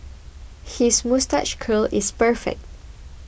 his moustache curl is perfect